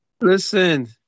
Listen